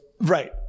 right